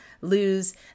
lose